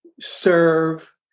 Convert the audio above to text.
serve